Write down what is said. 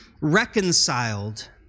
reconciled